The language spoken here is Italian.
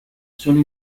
sono